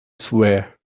swear